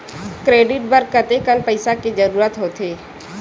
Credit बर कतेकन पईसा के जरूरत होथे?